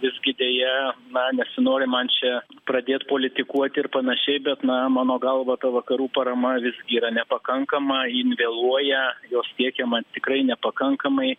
visgi deja na nesinori man čia pradėt politikuot ir panašiai bet na mano galva ta vakarų parama visgi yra nepakankama jin vėluoja jos siekiama tikrai nepakankamai